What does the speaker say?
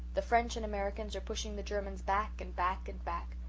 the french and americans are pushing the germans back and back and back.